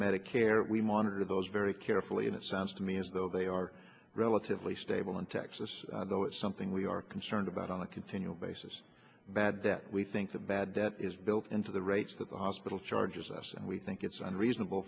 medicare we monitor those very carefully and it sounds to me as though they are relatively stable in texas though it's something we are concerned about on a continual basis bad that we think that bad debt is built into the rates that the hospital charges us and we think it's unreasonable